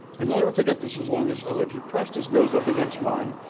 and, i'll never forget this as long as i live. he pressed his nose up against mine,